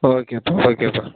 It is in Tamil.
ஓகேப்பா ஓகேப்பா